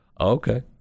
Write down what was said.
okay